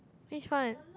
this one